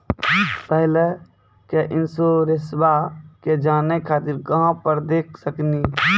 पहले के इंश्योरेंसबा के जाने खातिर कहां पर देख सकनी?